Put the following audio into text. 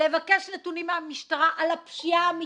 אני גם מבקשת לבקש נתונים מהמשטרה על הפשיעה האמיתית.